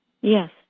Yes